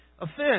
offense